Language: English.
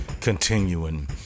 continuing